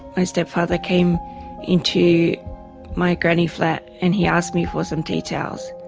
my stepfather, came into my granny-flat and he asked me for some tea towels.